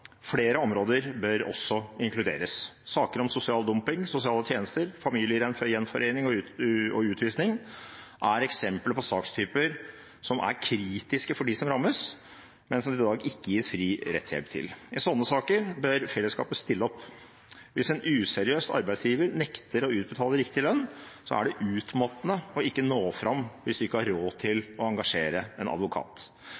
Flere områder bør inkluderes. Sosial dumping, sosiale tjenester, familiegjenforening og utvisning er eksempler på sakstyper som er kritiske for dem som rammes, men som det i dag ikke gis fri rettshjelp til. I slike saker bør fellesskapet stille opp. Hvis en useriøs arbeidsgiver nekter å utbetale riktig lønn, er det utmattende ikke å nå fram hvis man ikke har råd